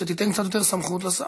שתיתן קצת יותר סמכות לשר.